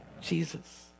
Jesus